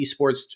eSports